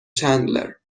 چندلر